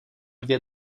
dvě